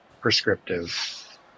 prescriptive